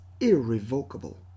irrevocable